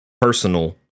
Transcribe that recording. personal